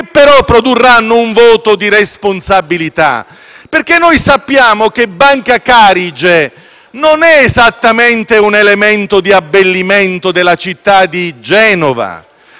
però produrranno un voto di responsabilità. Sappiamo infatti che Banca Carige non è esattamente un elemento di abbellimento della città di Genova: